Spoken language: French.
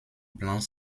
blanc